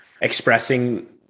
expressing